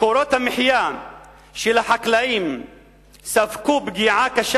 מקורות המחיה של החקלאים ספגו פגיעה קשה